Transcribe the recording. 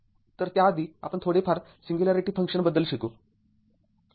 तर त्याआधी आपण थोडेफार सिंग्युलॅरिटी फंक्शन बद्दल शिकू